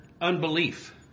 unbelief